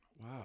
Wow